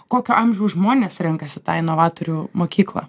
kokio amžiaus žmonės renkasi tą inovatorių mokyklą